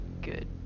Good